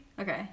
Okay